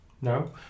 No